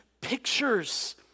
pictures